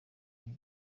ibi